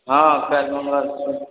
हँ फेर